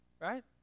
right